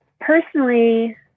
Personally